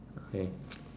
okay